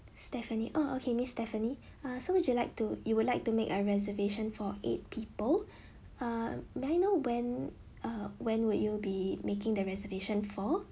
stephanie ah okay miss stephanie uh so would you to you would like to make a reservation for eight people uh may I know when uh when would you be making the reservation for